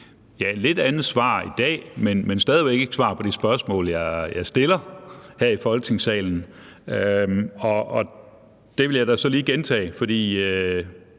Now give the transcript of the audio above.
et lidt andet svar i dag, men det er stadig ikke et svar på det spørgsmål, jeg stiller her i Folketingssalen. Det vil jeg da så lige gentage, for